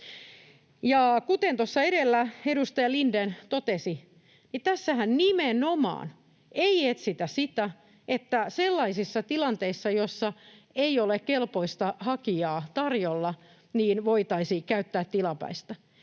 tuossa edellä edustaja Lindén totesi, tässähän nimenomaan ei etsitä sitä, että sellaisissa tilanteissa, joissa ei ole kelpoista hakijaa tarjolla, voitaisiin käyttää tilapäistä.